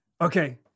Okay